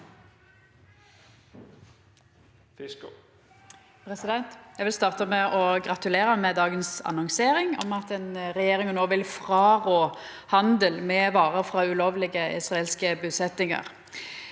Eg vil starta med å gratulera med dagens annonsering om at regjeringa no vil frårå handel med varer frå ulovlege israelske busetjingar.